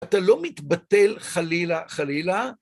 אתה לא מתבטל חלילה-חלילה.